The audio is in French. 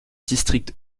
districts